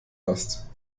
hast